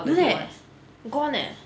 no leh gone leh